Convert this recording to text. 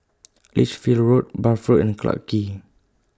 Lichfield Road Bath Road and Clarke Quay